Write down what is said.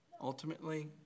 Ultimately